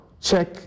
check